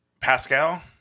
Pascal